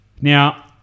Now